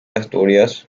asturias